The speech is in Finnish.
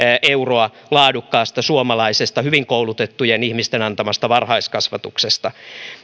euroa laadukkaasta suomalaisesta hyvin koulutettujen ihmisten antamasta varhaiskasvatuksesta